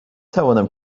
توانم